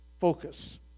focus